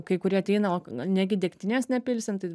kai kurie ateina o negi degtinės nepilsim tai